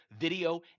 video